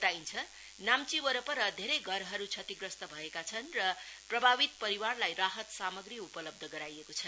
बताइन्छ नाम्ची वरपर धेरै घरहरू क्षतिग्रस्त भएका छन् र प्रभावित परिवारलाई राहत सामग्री उपलब्ध गराइएको छ